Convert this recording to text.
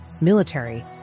military